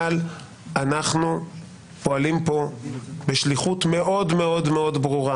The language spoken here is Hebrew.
אבל אנחנו פועלים פה בשליחות מאוד מאוד מאוד ברורה